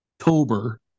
October